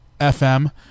fm